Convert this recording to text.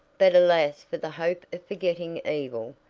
but alas for the hope of forgetting evil!